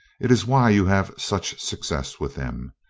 it is why you have such success with them.